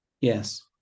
Yes